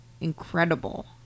incredible